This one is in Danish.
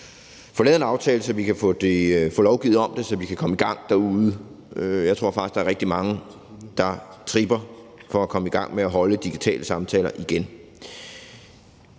få lavet en aftale, så vi kan få lovgivet om det, så vi kan komme i gang derude. Jeg tror faktisk, der er rigtig mange, der tripper for at komme i gang med at afholde digitale samtaler igen.